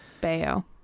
bayo